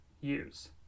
use